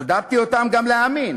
עודדתי אותם גם להאמין